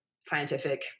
scientific